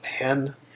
man